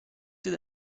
did